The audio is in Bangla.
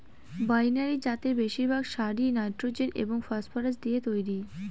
বাইনারি জাতের বেশিরভাগ সারই নাইট্রোজেন এবং ফসফরাস দিয়ে তৈরি